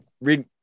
read